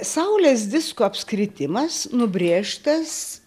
saulės disko apskritimas nubrėžtas